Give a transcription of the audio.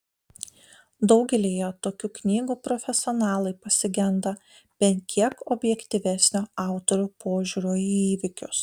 daugelyje tokių knygų profesionalai pasigenda bent kiek objektyvesnio autorių požiūrio į įvykius